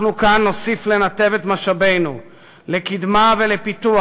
אנחנו כאן נוסיף לנתב את משאבינו לקדמה ולפיתוח,